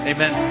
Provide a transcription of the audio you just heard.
Amen